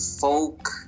Folk